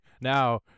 Now